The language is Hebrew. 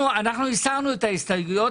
אנחנו הסרנו את ההסתייגויות,